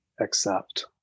accept